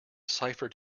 cipher